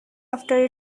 after